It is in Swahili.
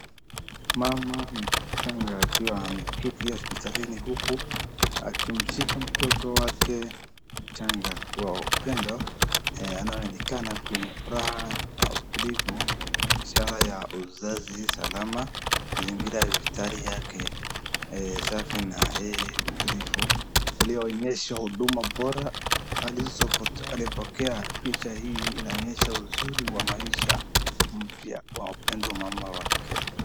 Mama mchanga akiwa ameketi hosipitalini huku akimshika mtoto wake mchanga kwa upendo, anaonekana kwenye furaha na utulivu ishara ya uzazi salama, mazingira ya hosipitali yake safi na yeye utulivu yaliyoonyesha huduma bora alizopokea. Picha hii inaonyesha uzuri wa maisha mpya wa upendo mama wake.